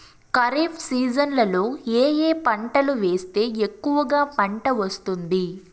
ఖరీఫ్ సీజన్లలో ఏ ఏ పంటలు వేస్తే ఎక్కువగా పంట వస్తుంది?